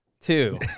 Two